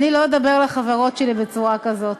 לא אדבר על החברות שלי בצורה כזאת.